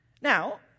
Now